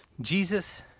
Jesus